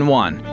one